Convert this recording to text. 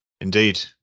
Indeed